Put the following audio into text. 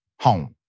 home